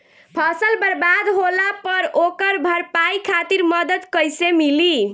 फसल बर्बाद होला पर ओकर भरपाई खातिर मदद कइसे मिली?